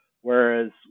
whereas